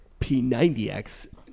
P90X